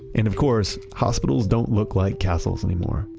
and of course hospitals don't look like castles anymore,